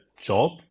job